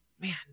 man